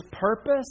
purpose